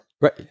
Right